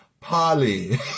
Polly